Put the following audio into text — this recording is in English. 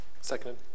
Second